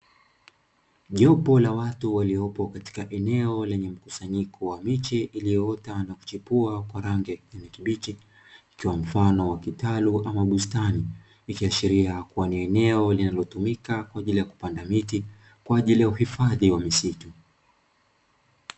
Jopo la watu waliopo katika eneo la mkusanyiko wa miche iliyoota na kuchipua kwa rangi ya kijani kibichi, ikiwa mfano es kitalu ama bustani, ikiashiria kua ni eneo linalotumika kwa ajili ya kupanda miti kwa ajili ya uhifadhi wa misitu.